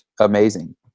amazing